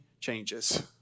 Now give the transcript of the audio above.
changes